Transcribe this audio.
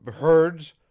herds